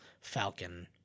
Falcon